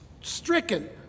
stricken